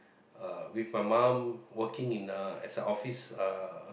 uh with my mum working in a as a office uh